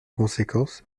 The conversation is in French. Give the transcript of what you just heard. conséquence